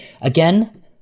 Again